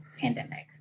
pandemic